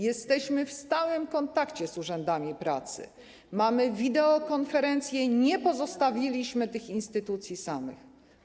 Jesteśmy w stałym kontakcie z urzędami pracy, mamy wideokonferencje, nie pozostawiliśmy tych instytucji samych.